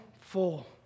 Full